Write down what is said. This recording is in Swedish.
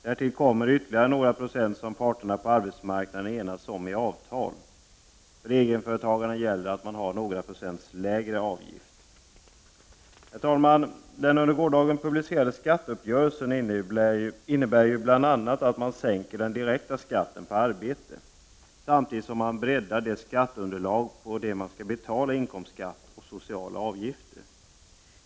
Därtill kommer ytterligare några procent som parterna på arbetsmarknaden enas om i avtal. För egenföretagarna gäller att man har några procents lägre avgift. Herr talman! Den under gårdagen publicerade skatteuppgörelsen innebär ju bl.a. att man sänker den direkta skatten på arbete. Samtidigt breddar man det skatteunderlag på vilket man betalar inkomstskatt och sociala avgifter.